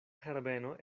herbeno